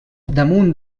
damunt